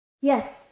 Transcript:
Yes